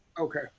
Okay